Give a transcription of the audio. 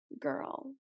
girl